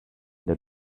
that